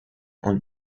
und